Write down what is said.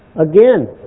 Again